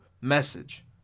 message